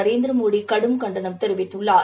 நரேந்திர மோடி கடும் கண்டணம் தெரிவித்துள்ளார்